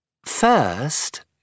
First